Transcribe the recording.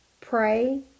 Pray